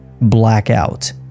Blackout